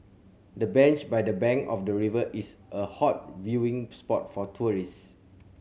the bench by the bank of the river is a hot viewing spot for tourist